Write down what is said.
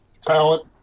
talent